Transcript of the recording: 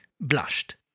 blushed